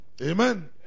Amen